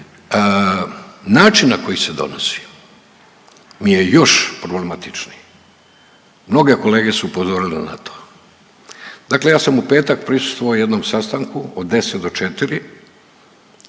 Način na koji se donosi mi je još problematičniji. Mnoge kolege su upozorile na to. Dakle, ja sam u petak prisustvovao jednom sastanku od 10 do 4,